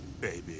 Baby